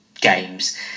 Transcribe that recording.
games